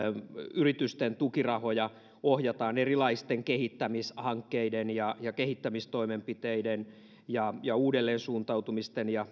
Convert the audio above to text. yritysten tukirahoja ohjataan erilaisten kehittämishankkeiden ja ja kehittämistoimenpiteiden ja uudelleensuuntautumisten ja